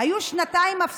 היו שנתיים של